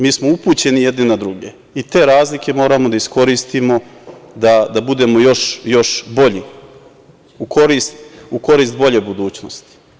Mi smo upućeni jedni na druge i te razlike moramo da iskoristimo da budemo još bolji, u korist bolje budućnosti.